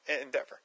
endeavor